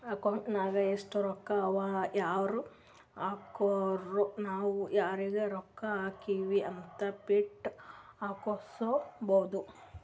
account ನಾಗ್ ಎಸ್ಟ್ ರೊಕ್ಕಾ ಅವಾ ಯಾರ್ ಹಾಕುರು ನಾವ್ ಯಾರಿಗ ರೊಕ್ಕಾ ಹಾಕಿವಿ ಅಂತ್ ಪ್ರಿಂಟ್ ಹಾಕುಸ್ಕೊಬೋದ